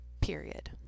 period